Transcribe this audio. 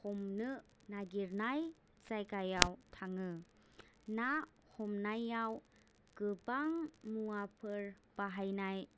हमनो नायगिरनाय जायगायाव थाङो ना हमनायाव गोबां मुवाफोर बाहायनो